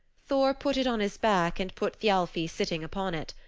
thor put it on his back and put thialfi sitting upon it.